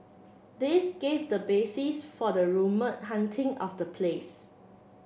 this gave the basis for the rumoured haunting of the place